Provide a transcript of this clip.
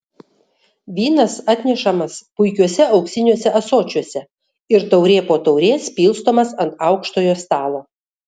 vynas atnešamas puikiuose auksiniuose ąsočiuose ir taurė po taurės pilstomas ant aukštojo stalo